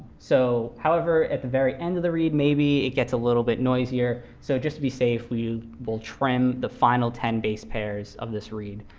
so however, at the very end of the read, maybe it gets a little bit noisier. so just be safe, we will trim the final ten base pairs of this read,